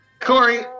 Corey